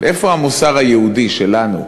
איפה המוסר היהודי שלנו,